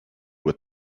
with